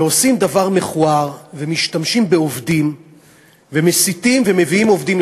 ועושים דבר מכוער ומשתמשים בעובדים ומסיתים ומביאים עובדים.